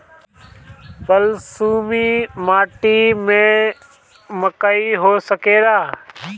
बलसूमी माटी में मकई हो सकेला?